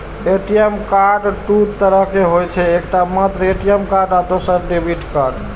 ATM card दू तरहक होइ छै, एकटा मात्र ए.टी.एम कार्ड आ दोसर डेबिट कार्ड